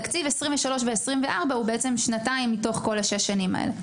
תקציב 2023 ו-2024 הוא בעצם שנתיים מתוך כל שבע השנים האלה.